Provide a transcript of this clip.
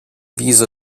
viso